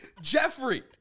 Jeffrey